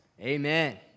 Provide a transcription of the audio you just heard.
Amen